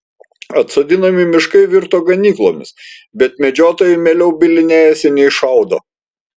atsodinami miškai virto ganyklomis bet medžiotojai mieliau bylinėjasi nei šaudo